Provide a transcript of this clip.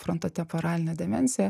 frontotemporaline demencija